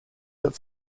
that